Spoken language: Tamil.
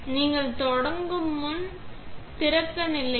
நீங்கள் தொடங்கும் முன் சஷ் திறக்க நினைவில்